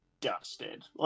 dusted